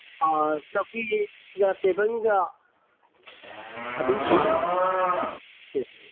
ꯑꯥ ꯆꯧꯀꯤꯒ ꯇꯦꯕꯜꯒ ꯑꯗꯨꯝ ꯄꯥꯝꯃꯤꯅꯦ